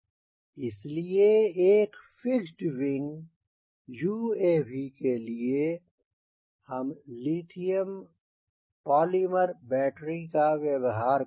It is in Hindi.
इसलिए एक फिक्स्ड विंग UAV के लिए हम लिथियम पॉलीमर बैटरी का व्यवहार करते हैं